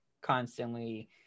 constantly